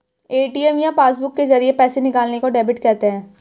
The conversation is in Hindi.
ए.टी.एम या पासबुक के जरिये पैसे निकालने को डेबिट कहते हैं